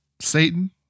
Satan